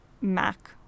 Mac